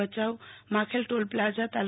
ભયાઉ માખેલ toll plaza તા